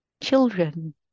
children